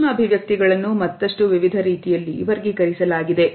ಸೂಕ್ಷ್ಮ ಅಭಿವ್ಯಕ್ತಿಗಳನ್ನು ಮತ್ತಷ್ಟು ವಿವಿಧ ರೀತಿಯಲ್ಲಿ ವರ್ಗೀಕರಿಸಲಾಗಿದೆ